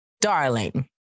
darling